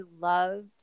loved